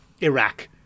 iraq